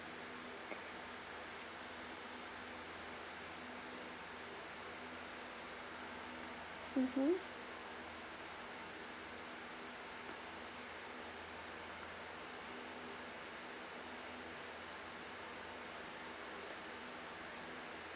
mmhmm